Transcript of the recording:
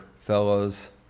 fellows